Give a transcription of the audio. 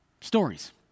stories